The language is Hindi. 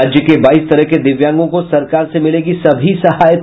राज्य के बाईस तरह के दिव्यांगों को सरकार से मिलेगी सभी सहायता